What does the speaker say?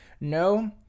No